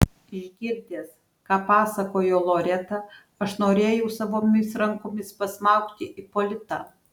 išgirdęs ką pasakojo loreta aš norėjau savomis rankomis pasmaugti ipolitą